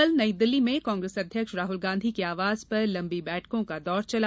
कल नईदिल्ली में कांग्रेस अध्यक्ष राहल गांधी के आवास पर लंबी बैठकों का दौर चला